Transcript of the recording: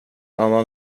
annan